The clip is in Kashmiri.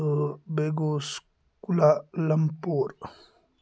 تہٕ بیٚیہِ گوس کُلا لٮ۪مپور